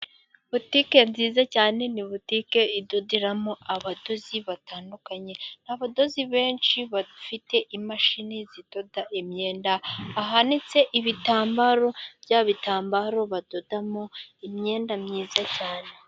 Butike nziza cyane, ni butike idoderamo abadozi batandukanye, abadozi benshi bafite imashini zidoda imyenda, hahanitse ibitambaro, bya bitambaro badodamo imyenda myiza cyane.